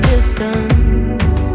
Distance